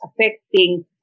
affecting